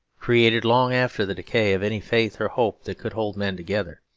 created long after the decay of any faith or hope that could hold men together.